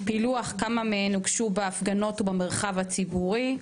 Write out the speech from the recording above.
פילוח כמה מהן הוגשו בהפגנות ובמרחב הציבורי,